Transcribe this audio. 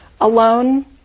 Alone